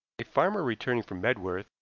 a farmer returning from medworth,